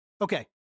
Okay